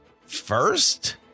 first